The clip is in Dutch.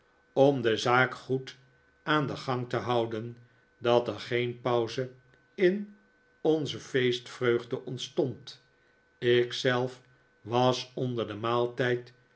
om de zaak goed aan den gang te houden dat er geen pauze in onze feestvreugde ontstond ik zelf was onder den maaltijd